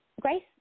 Grace